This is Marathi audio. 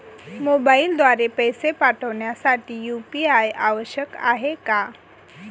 मोबाईलद्वारे पैसे पाठवण्यासाठी यू.पी.आय आवश्यक आहे का?